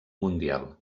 mundial